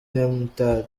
nyamitari